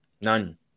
None